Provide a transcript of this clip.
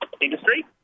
industry